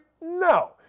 No